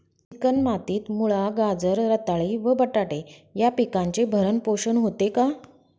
Chicken मातीत मुळा, गाजर, रताळी व बटाटे या पिकांचे भरण पोषण होते का?